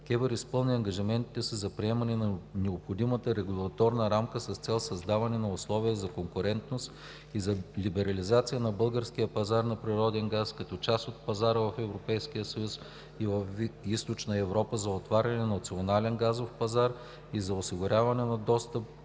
изпълни ангажиментите си за приемане на необходимата регулаторна рамка с цел създаване на условия за конкурентност и за либерализацията на българския пазар на природен газ като част от пазара в Европейския съюз и в Източна Европа, за отваряне на националния газов пазар и за осигуряването на достъп